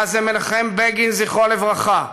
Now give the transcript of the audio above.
מנחם בגין, זכרו לברכה,